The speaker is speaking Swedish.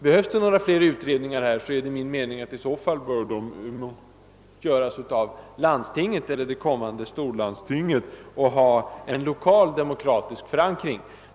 Behövs det fler utredningar bör dessa enligt min mening göras av landstinget eller det blivande storlandstinget och ha en lokal demokratisk förankring.